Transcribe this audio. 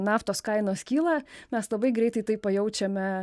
naftos kainos kyla mes labai greitai tai pajaučiame